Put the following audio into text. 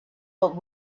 old